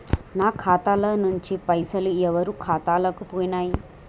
నా ఖాతా ల నుంచి పైసలు ఎవరు ఖాతాలకు పోయినయ్?